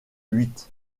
huit